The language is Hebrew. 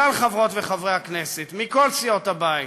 כלל חברות וחברי הכנסת, מכל סיעות הבית,